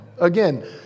again